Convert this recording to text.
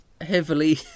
heavily